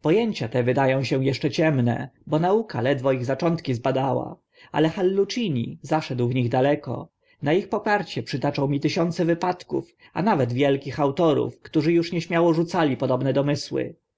po ęcia te wyda ą się eszcze ciemne bo nauka ledwo ich zaczątki zbadała ale hallucini zaszedł w nich daleko na ich poparcie przytaczał mi tysiące wypadków a nawet wielu autorów którzy uż nieśmiało rzucali podobne domysły